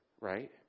right